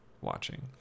watching